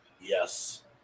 Yes